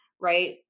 right